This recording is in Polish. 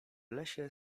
lesie